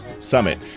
Summit